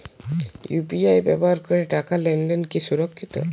UPI ব্যবহার করে টাকা লেনদেন কি সুরক্ষিত?